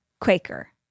Quaker